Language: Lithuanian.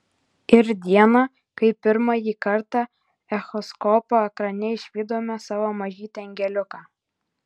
ir diena kai pirmąjį kartą echoskopo ekrane išvydome savo mažytį angeliuką